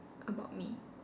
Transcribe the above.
about me